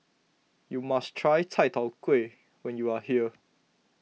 you must try Chai Tow Kuay when you are here